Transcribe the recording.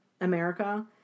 America